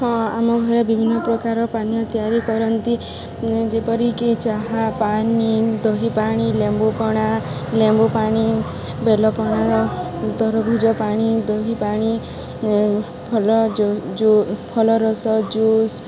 ହଁ ଆମ ଘରେ ବିଭିନ୍ନ ପ୍ରକାର ପାନୀୟ ତିଆରି କରନ୍ତି ଯେପରିକି ଚାହା ପାଣି ଦହି ପାଣି ଲେମ୍ବୁପଣା ଲେମ୍ବୁ ପାଣି ବେଲପଣା ତରଭୁଜ ପାଣି ଦହି ପାଣି ଫଳ ଜୁ ଫଲ ରସ ଜୁସ୍